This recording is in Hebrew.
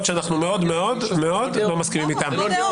שאנחנו מאוד מאוד מאוד לא מסכימים איתן.